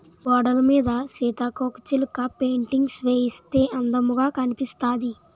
గోడలమీద సీతాకోకచిలక పెయింటింగ్స్ వేయిస్తే అందముగా కనిపిస్తాది